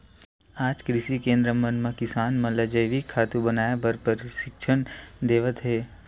आज कृषि केंद्र मन म किसान मन ल जइविक खातू बनाए बर परसिक्छन देवत हे